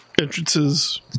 Entrances